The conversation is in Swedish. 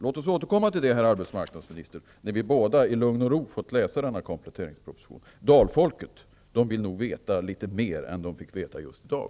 Låt oss återkomma, herr arbetsmarknadsminister, när vi båda i lugn och ro har läst denna kompletteringsproposition. Dalfolket vill nog veta litet mer än man fick veta i dag.